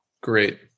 great